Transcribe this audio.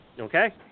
okay